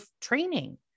training